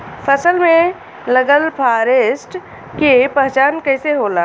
फसल में लगल फारेस्ट के पहचान कइसे होला?